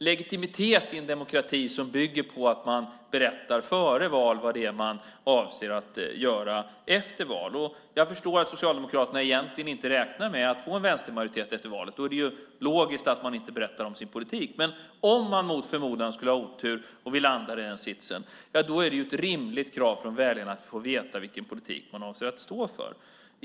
Legitimiteten i en demokrati bygger på att man före ett val berättar vad det är man avser att göra efter valet. Jag förstår att Socialdemokraterna egentligen inte räknar med att få en vänstermajoritet efter valet - då är det logiskt att man inte berättar om sin politik. Men om vi mot förmodan skulle ha otur och landa i den sitsen är det ett rimligt krav från väljarna att få veta vilken politik man avser att stå för.